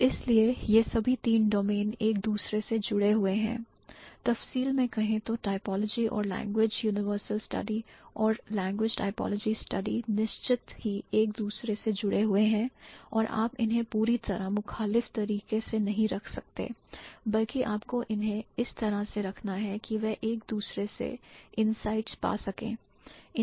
तो इसीलिए यह सभी 3 डोमेन एक दूसरे से जुड़े हुए हैं तफसील में कहें तो typology और language universal study और language typology study निश्चित ही एक दूसरे से जुड़े हुए हैं और आप इन्हें पूरी तरह मुखालिफ तरीके से नहीं रख सकते बल्कि आपको इन्हें इस तरह से रखना है कि वह एक दूसरे से इनसाइटस पा सकें